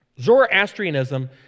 Zoroastrianism